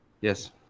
Yes